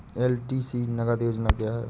LTC नगद योजना क्या है?